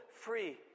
free